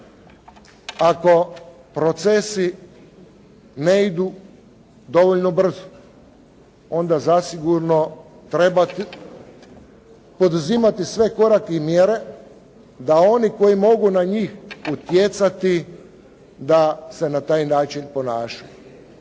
Ako procesi ne idu dovoljno brzo onda zasigurno treba poduzimati sve korake i mjere da oni koji mogu na njih utjecati da se na taj način ponašaju.